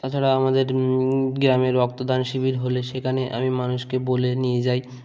তাছাড়া আমাদের গ্রামে রক্তদান শিবির হলে সেখানে আমি মানুষকে বলে নিয়ে যাই